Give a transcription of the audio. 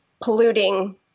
polluting